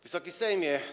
Wysoki Sejmie!